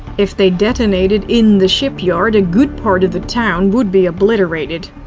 if they detonated in the shipyard, a good part of the town would be obliterated.